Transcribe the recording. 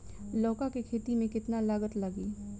लौका के खेती में केतना लागत लागी?